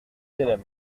qu’elle